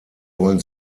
wollen